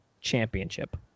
championship